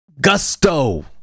Gusto